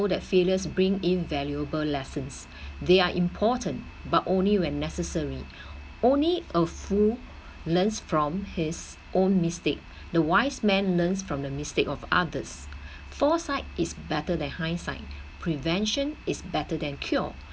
so that failures bring in valuable lessons they are important but only when necessary only a fool learns from his own mistake the wise man learns from the mistake of others foresight is better than hindsight prevention is better than cure